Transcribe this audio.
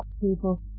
people